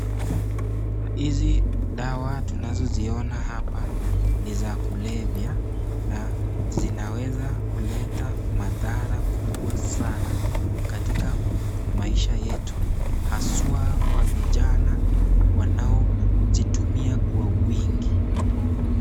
Hizi dawa tunazoziona hapa ni za kulevya na zinaweza kuleta madhara kubwa sana katika maisha yetu haswa kwa vijana wanao zitumia kwa wingi.